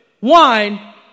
wine